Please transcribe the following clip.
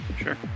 Sure